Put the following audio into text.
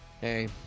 Hey